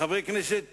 חברי כנסת